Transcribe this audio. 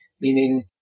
meaning